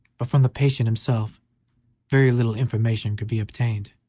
but from the patient himself very little information could be obtained.